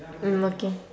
mm okay